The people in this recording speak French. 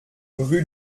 rue